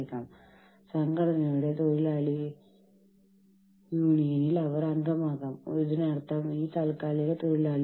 വ്യാവസായിക ബന്ധങ്ങളും യൂണിയനുകളും എന്നിവയുമായി ബന്ധപ്പെട്ട ചില ഇന്ത്യൻ നിയമങ്ങൾ ഈ പേജിൽ കാണാം